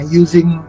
using